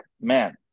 man